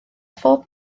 phob